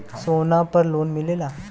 सोना पर लोन मिलेला?